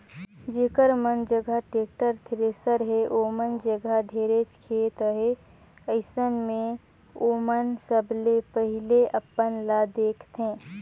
जेखर मन जघा टेक्टर, थेरेसर हे ओमन जघा ढेरेच खेत अहे, अइसन मे ओमन सबले पहिले अपन ल देखथें